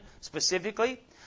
specifically